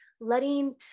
letting